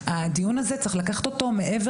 הדיון הזה צריך לקחת אותו אל מעבר